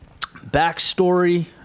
backstory